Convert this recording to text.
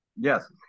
Yes